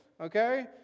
okay